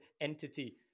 entity